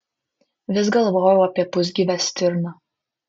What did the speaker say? vis galvojau apie pusgyvę stirną